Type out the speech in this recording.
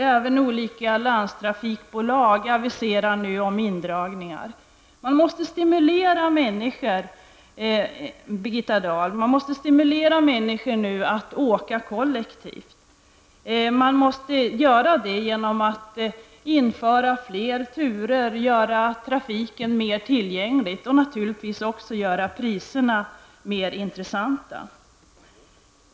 Även olika länstrafikbolag aviserar nu indragningar. Man måste i stället, Birgitta Dahl, stimulera människor att åka kollektivt genom att införa fler turer, göra trafiken mer tillgänglig och naturligtvis också göra biljettpriserna mer attraktiva.